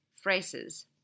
phrases